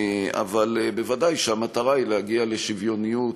אבל ודאי שהמטרה היא להגיע לשוויוניות,